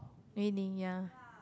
really ya